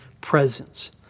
presence